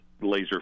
laser